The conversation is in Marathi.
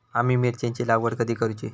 आम्ही मिरचेंची लागवड कधी करूची?